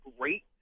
great